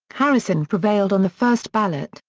harrison prevailed on the first ballot,